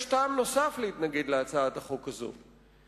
יש טעם נוסף להתנגד להצעת החוק הזאת.